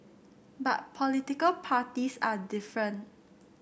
but political parties are different